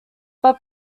but